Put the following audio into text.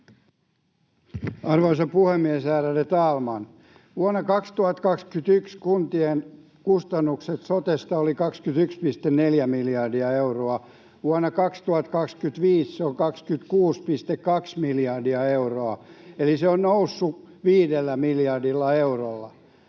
Arvoisa puhemies, ärade talman! Vuonna 2021 kuntien kustannukset sotesta olivat 21,4 miljardia euroa, vuonna 2025 se on 26,2 miljardia euroa, eli se on noussut viidellä miljardilla eurolla.